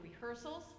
rehearsals